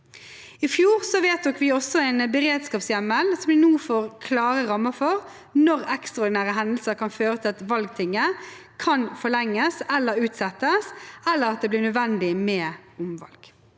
I fjor vedtok vi også en beredskapshjemmel som vi nå får klare rammer for, for ekstraordinære hendelser som kan føre til at valgtinget forlenges eller utsettes, eller at det blir nødvendig med omvalg.